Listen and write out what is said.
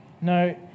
No